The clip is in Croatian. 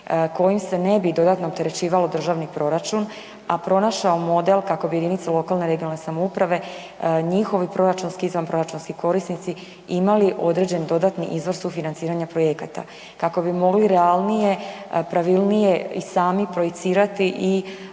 kojim se ne bi dodatno opterećivalo državni proračun, a pronašao model kako bi jedinice lokalne i regionalne samouprave, njihovi proračunski i izvanproračunski korisnici imali određen dodatni iznos sufinanciranja projekata kako bi mogli realnije, pravilnije i sami projicirati i